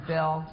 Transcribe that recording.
Bill